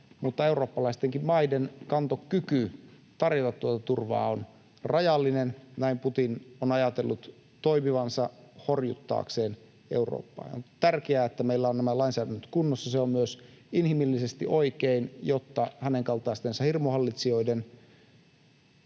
eurooppalaistenkin maiden kantokyky tarjota tuota turvaa on rajallinen. Näin Putin on ajatellut toimivansa horjuttaakseen Eurooppaa, ja on tärkeää, että meillä on nämä lainsäädännöt kunnossa. Se on myös inhimillisesti oikein, jotta hänen kaltaistensa hirmuhallitsijoiden